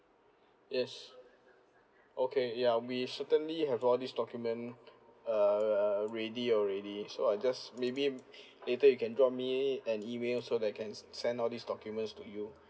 yes okay ya we certainly have all these document uh ready already so I just maybe later you can drop me an email so that I can send all these documents to you